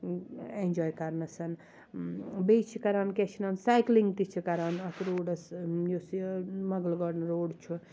اٮ۪نجاے کرنَس بیٚیہِ چھِ کران کیٛاہ چھِ وَنان سایکِلِنٛگ تہِ چھِ کران اَتھ روٗڈَس یُس یہِ مغل گاڈَن روڈ چھُ